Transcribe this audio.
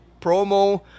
promo